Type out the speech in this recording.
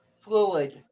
Fluid